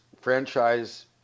franchise